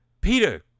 Peter